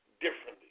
differently